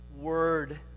word